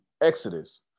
Exodus